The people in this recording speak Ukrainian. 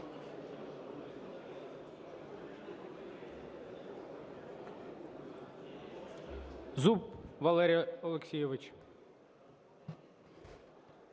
Зуб Валерій Олексійович.